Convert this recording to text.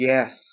Yes